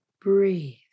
Breathe